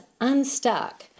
unstuck